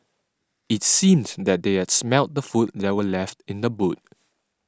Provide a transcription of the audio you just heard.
it seemed that they had smelt the food that were left in the boot